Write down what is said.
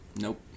Nope